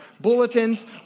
bulletins